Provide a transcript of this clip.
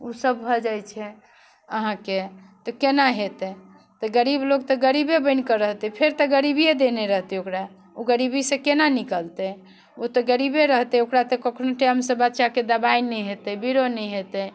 ओ सभ भऽ जाइत छै अहाँके तऽ केना हेतै तऽ गरीब लोक तऽ गरीबे बनि कऽ रहतै फेर तऽ गरीबिए धेने रहतै ओकरा ओ गरीबीसँ केना निकलतै ओतय गरीबे रहतै ओकरा तऽ कखनो टाइमसँ बच्चाके दबाइ नहि हेतै बीरो नहि हेतै